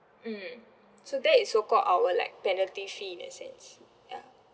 mm so that is so called our like penalty fee in that sense ya